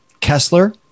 Kessler